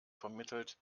vermittelt